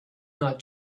not